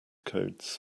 codes